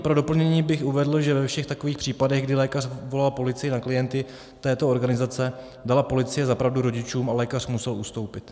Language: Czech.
Pro doplnění bych uvedl, že ve všech takových případech, kdy lékař volal policii na klienty této organizace, dala policie za pravdu rodičům a lékař musel ustoupit.